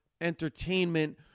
entertainment